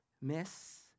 miss